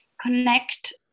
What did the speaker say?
connect